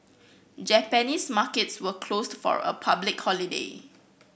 Japanese markets were closed for a public holiday